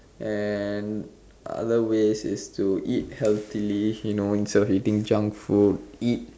and other ways is to eat healthily you know instead of eating junk food eat